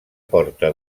porta